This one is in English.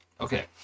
Okay